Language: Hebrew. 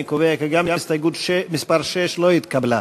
אני קובע כי גם הסתייגות מס' 6 לא התקבלה.